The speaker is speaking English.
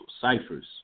ciphers